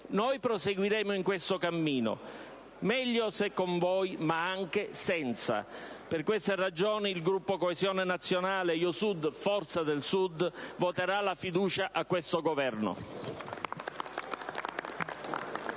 Noi proseguiremo in questo cammino, meglio se con voi, ma anche senza. Per queste ragioni, il Gruppo Coesione Nazionale-Io Sud‑Forza del Sud voterà la fiducia a questo Governo.